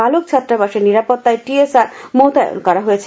বালক ছাত্রাবাসে নিরাপত্তায় টি এস আর মোতায়ন করা হয়েছে